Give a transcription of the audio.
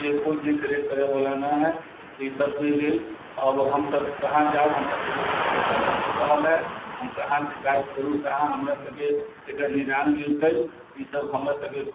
के कोइ देख रेख करै बला न है इसभके लेल अब हम सभ कहाँ जाऊ हमरा सभके कुछ पता न चल रहल है हम कहाँ शिकायत करु कहाँ हमरा सभके एकर निदान मिलतै इसभ हमर सभके